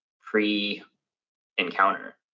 pre-encounter